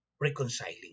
reconciling